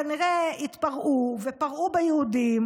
כנראה התפרעו ופרעו ביהודים